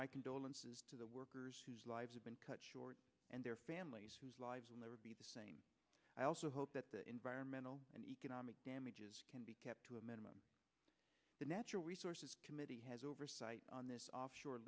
as to the workers whose lives have been cut short and their families whose lives will never be the same i also hope that the environmental and economic damages can be kept to a minimum the natural resources committee has oversight on this offshore